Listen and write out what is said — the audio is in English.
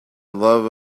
love